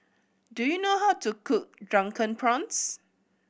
do you know how to cook Drunken Prawns